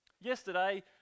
Yesterday